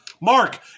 Mark